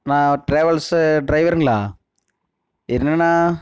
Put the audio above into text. அண்ணா travels ட்ரைவருங்களா என்னெண்ணா